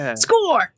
Score